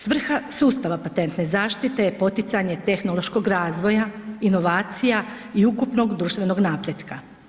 Svrha sustava patentne zaštite je poticanje tehnološkog razvoja, inovacija i ukupnog društvenog napretka.